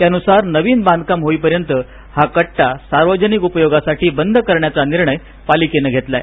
त्यानुसार नवीन बांधकाम होईपर्यंत हा कट्टा सार्वजनिक उपयोगासाठी बंद करण्याचा निर्णय पालिकेन घेतला आहे